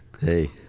Hey